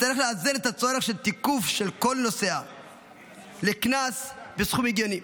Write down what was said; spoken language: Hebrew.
צריך לאזן את הצורך של תיקוף של כל נוסע לקנס בסכום הגיוני.